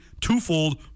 twofold